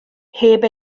heb